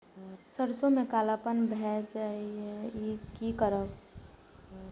सरसों में कालापन भाय जाय इ कि करब?